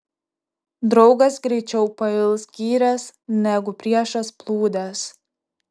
draugas greičiau pails gyręs negu priešas plūdes